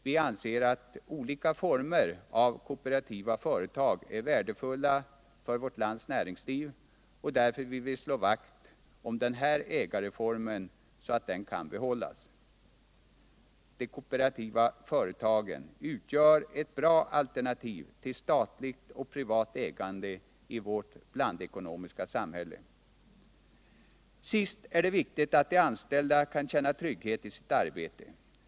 Vi anser att olika former av kooperativa företag är värdefulla för vårt lands näringsliv, och därför vill vi slå vakt om att denna ägarform kan behållas. De kooperativa företagen utgör ett bra alternativ till statligt och privat ägande i vårt blandekonomiska samhälle. Det är viktigt att de anställda kan känna trygghet i sitt arbete.